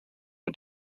mit